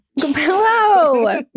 Hello